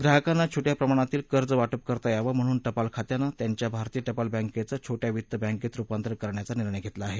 ग्राहकांना छोटया प्रमाणातील कर्ज वाटप करता यावं म्हणून टपाल खातयानं त्यांच्या भारतीय टपाल बँकेचं छोटया वित्त बँकेत रुपातर करण्याचा निर्णय घेतला आहे